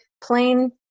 plain